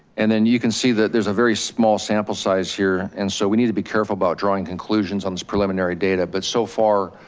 and then you can see that there's a very small sample size here. and so we need to be careful about drawing conclusions on this preliminary data. but so far,